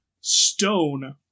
stone